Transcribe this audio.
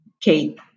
Kate